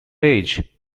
age